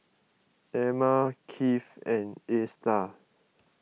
Ema Kiv and Astar